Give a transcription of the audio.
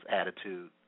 attitude